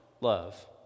love